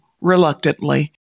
reluctantly